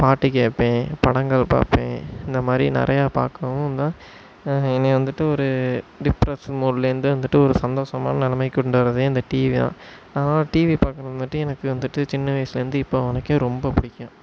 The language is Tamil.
பாட்டு கேட்பேன் படங்கள் பார்ப்பேன் இந்த மாதிரி நிறையா பார்க்கவும் தான் என்னை வந்துட்டு ஒரு டிப்ரெஷ்ஷன் மூட்லேருந்து வந்துவிட்டு ஒரு சந்தோஷமான நிலமைக் கொண்டு வரதே இந்த டிவி தான் அதனால் டிவி பாக்கிறது வந்துவிட்டு எனக்கு வந்துவிட்டு சின்ன வயசுலேருந்து இப்போ வரைக்கும் ரொம்ப பிடிக்கும்